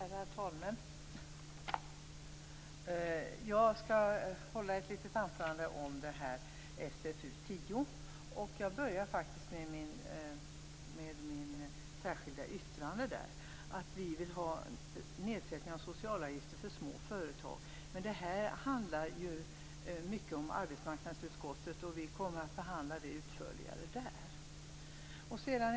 Herrar talmän! Jag skall hålla ett litet anförande om SfU10. Jag börjar faktiskt med mitt särskilda yttrande där vi vill ha en nedsättning av de sociala avgifterna för småföretagen. Det handlar mycket om arbetsmarknadspolitik, och vi kommer att behandla frågan utförligare i arbetsmarknadsutskottet.